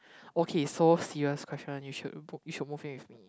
okay so serious question you should book you should move in with me